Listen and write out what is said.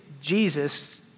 Jesus